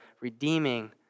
redeeming